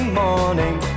morning